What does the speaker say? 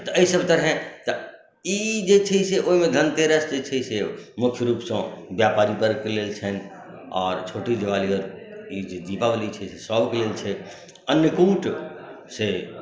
तऽ एहिसभ तरहेँ तऽ ई जे छै से ओहिमे धनतेरस जे छै से मुख्य रूपसँ व्यापारी वर्गके लेल छनि आओर छोटी दीवाली आओर ई जे दीपावली छै सभके लेल छै अन्नकूट से